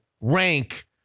rank